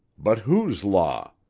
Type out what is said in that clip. but whose law?